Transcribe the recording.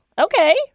Okay